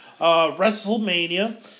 WrestleMania